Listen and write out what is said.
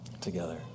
together